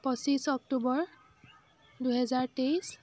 পঁচিছ অক্টোবৰ দুহেজাৰ তেইছ